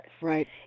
Right